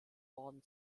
worden